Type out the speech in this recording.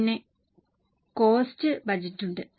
പിന്നെ കോസ്റ്റ് ബജറ്റുകൾ ഉണ്ട്